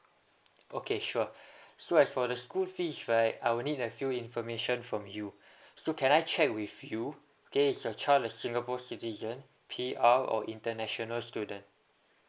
okay sure so as for the school fees right I will need a few information from you so can I check with you okay is your child a singapore citizen P_R or international student